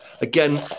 again